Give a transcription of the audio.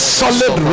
solid